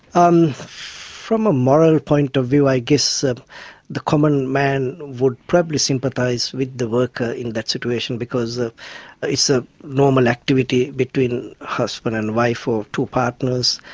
um from a moral point of view i guess ah the common man would probably sympathise with the worker in that situation because it's a normal activity between husband and wife or two partners.